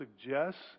suggests